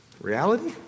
reality